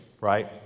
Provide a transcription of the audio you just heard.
right